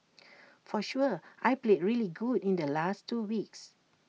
for sure I played really good in the last two weeks